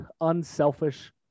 unselfish